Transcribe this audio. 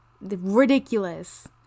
Ridiculous